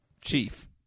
chief